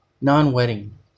non-wedding